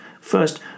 First